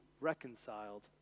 reconciled